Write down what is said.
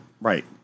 Right